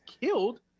killed